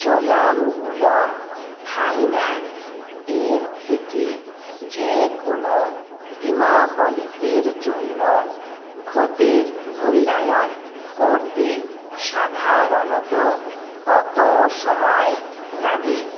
চোলামণ্ডলম ফাইন্যান্সের থেকে যে কোনো বিমা পলিসির জন্য ক্ষতির মূল্যায়ন করতে সাধারণত কতো সময় লাগে